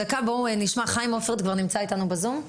חיים הופרט נמצא אתנו ב-זום.